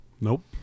Nope